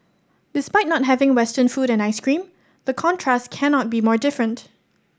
despite not having Western food and ice cream the contrast cannot be more different